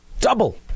Double